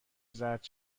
زرد